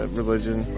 religion